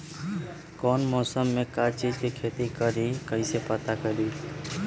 कौन मौसम में का चीज़ के खेती करी कईसे पता करी?